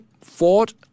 Ford